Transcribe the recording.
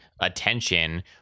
attention